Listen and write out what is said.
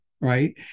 right